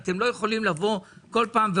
אתם לא יכולים לבוא כל פעם,